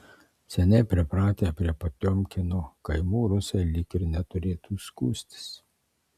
seniai pripratę prie potiomkino kaimų rusai lyg ir neturėtų skųstis